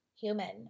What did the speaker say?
human